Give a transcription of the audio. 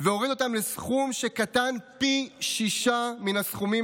והוריד אותם לסכום שקטן פי שישה מן הסכומים